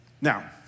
Now